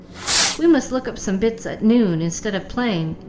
we must look up some bits at noon instead of playing.